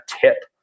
tip